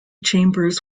chambers